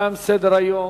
תם סדר-היום.